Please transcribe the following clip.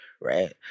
right